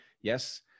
yes